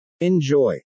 Enjoy